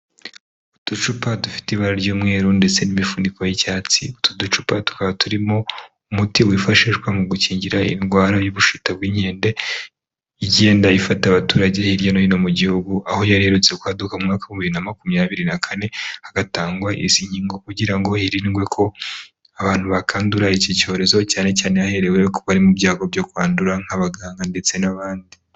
Uducupa dufite ibara ry'umweru ndetse n'imifuniko y'icyatsi, utu ducupa tukaba turimo umuti wifashishwa mu gukingira indwara y'ubushita bw'inkende igenda ifata abaturage hirya no hino mu Gihugu, aho yari iherutse kwaduka mu mwaka w'ibihumbi bibiri na makumyabiri na kane hagatangwa izi nkingo kugira ngo hirindwe ko abantu bakwandura iki cyorezo cyane cyane haherewe ku bari mu byago byo kwandura nk'abaganga ndetse n'abandi.